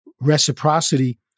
reciprocity